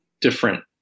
different